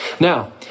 Now